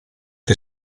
che